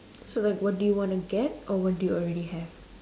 so like what do you want to get or what do you already have